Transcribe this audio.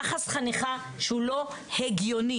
יחס חניכה שהוא לא הגיוני,